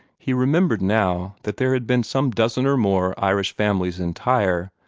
he remembered now that there had been some dozen or more irish families in tyre,